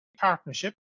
partnership